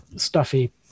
stuffy